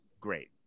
great